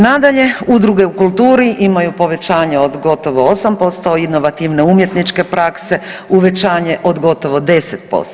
Nadalje, udruge u kulturi imaju povećanje od gotovo 8%, inovativne umjetničke prakse uvećanje od gotovo 10%